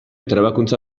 trebakuntza